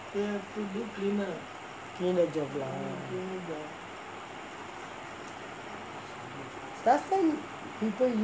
cleaner job lah last time people